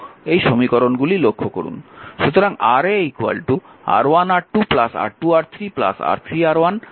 সুতরাং Ra R1R2 R2R3 R3R1 R1